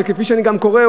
וכפי שאני גם קורא,